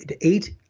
eight